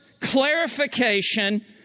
clarification